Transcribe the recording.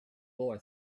boy